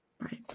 Right